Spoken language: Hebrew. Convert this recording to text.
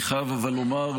אבל אני חייב לומר,